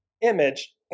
image